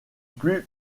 plus